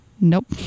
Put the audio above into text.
nope